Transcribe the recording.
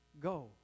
go